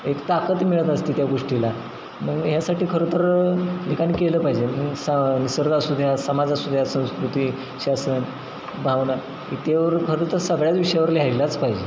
एक ताकद मिळत असते त्या गोष्टीला मग ह्यासाठी खरं तर लिखाण केलं पाहिजे सा निसर्ग असू द्या समाज असू द्या संस्कृती शासन भावना इथवर खरं तर सगळ्याच विषयावर लिहायलाच पाहिजे